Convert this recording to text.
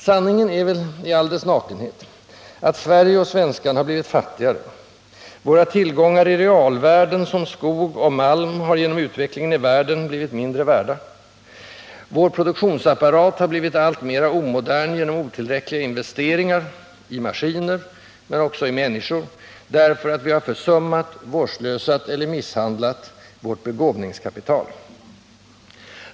Sanningen är väl i all dess nakenhet att Sverige och svenskarna har blivit fattigare: våra tillgångar i realvärden som skog och malm har genom utvecklingen i världen blivit mindre värda, vår produktionsapparat har blivit alltmer omodern genom otillräckliga investeringar, i maskiner, men också i människor, därför att vi har försummat, vårdslösat eller misshandlat vårt begåvningskapital.